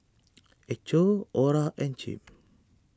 Echo Orra and Chip